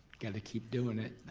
gotta keep doin' it,